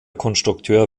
konstrukteur